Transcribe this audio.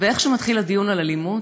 איך שמתחיל הדיון על אלימות,